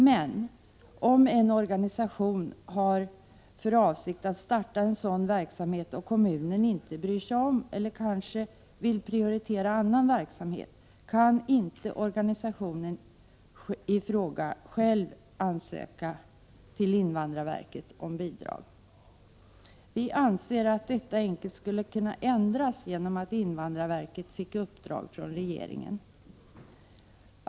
Men om en organisation har för avsikt att starta en sådan verksamhet och kommunen inte bryr sig om, eller kanske vill prioritera annan verksamhet, kan inte organisationen i fråga själv ansöka till invandrarverket om bidrag. Vi anser att detta enkelt skulle kunna ändras genom att invandrarverket fick ett uppdrag från regeringen.